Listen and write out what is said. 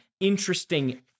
interesting